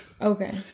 Okay